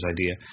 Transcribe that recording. idea